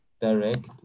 direct